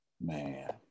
Man